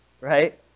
right